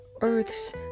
Earth's